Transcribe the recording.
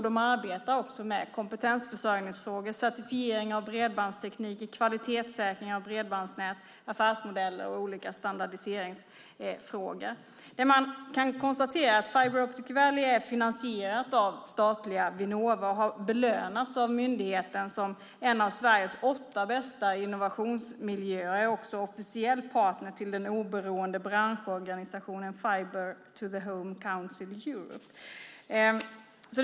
De arbetar också med kompetensförsörjningsfrågor, certifiering av bredbandsteknik, kvalitetssäkring av bredbandsnät, affärsmodeller och olika standardiseringsfrågor. Man kan konstatera att Fiber Optic Valley är finansierat av statliga Vinnova och har belönats av myndigheten som en av Sveriges åtta bästa innovationsmiljöer och är också officiell partner till den oberoende branschorganisationen Fiber to the Home Council Europe.